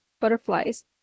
butterflies